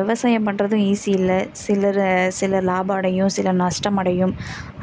விவசாயம் பண்ணுறதும் ஈஸி இல்லை சிலர் சில லாபம் அடையும் சில நஷ்டம் அடையும்